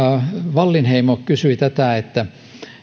wallinheimo kysyi tätä että